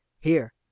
Here